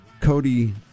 Cody